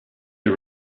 you